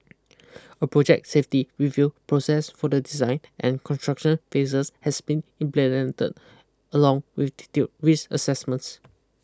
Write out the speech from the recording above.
a project safety review process for the design and construction phases has been implemented along with detailed risk assessments